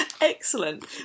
excellent